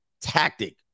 tactic